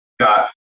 got